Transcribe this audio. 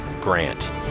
GRANT